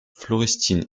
florestine